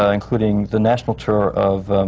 ah including the national tour of